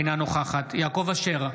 אינה נוכחת יעקב אשר,